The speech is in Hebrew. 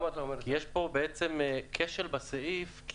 כי יש פה כשל בסעיף.